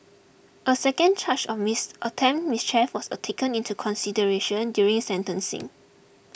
a second charge of miss attempted mischief was taken into consideration during sentencing